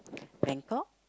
Bangkok